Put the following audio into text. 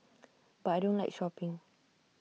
but I don't like shopping